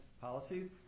policies